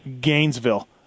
Gainesville